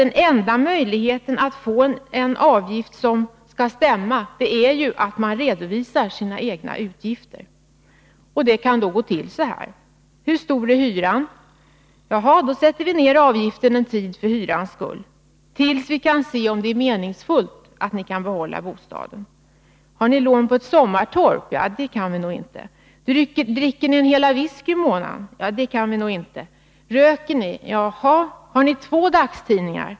Den enda möjlighet att få en avgift som skall stämma är ju att man redovisar sina egna utgifter. Och då kan det gå till så här: Hur stor är hyran? Jaha, då sätter vi ner avgiften en tid för hyrans skull, tills vi kan se om det är meningsfullt att ni behåller bostaden. Har ni lån på ett sommartorp? Det kan vi nog inte ta hänsyn till. Dricker ni en hela whisky i månaden? Det kan vi nog inte godta. Röker ni? Jaha. Har ni två dagstidningar?